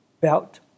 belt